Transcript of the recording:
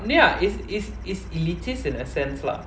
mm ya is is is elitist in a sense lah